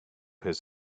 his